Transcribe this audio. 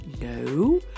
No